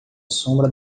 sombra